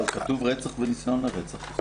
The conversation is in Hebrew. כתוב רצח וניסיון לרצח.